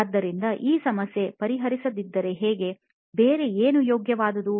ಆದ್ದರಿಂದ ಈ ಸಮಸ್ಯೆ ಪರಿಹರಿಸದಿದ್ದರೆ ಹೇಗೆ ಬೇರೆ ಏನು ಯೋಗ್ಯವಾದದು